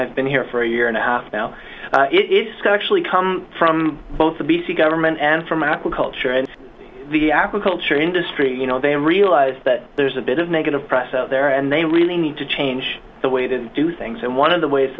i've been here for a year and a half now it's so actually come from both the b c government and from agriculture and the agriculture industry you know they realize that there's a bit of negative press out there and they really need to change the way to do things and one of the ways